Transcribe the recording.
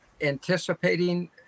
anticipating